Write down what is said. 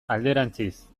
alderantziz